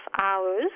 hours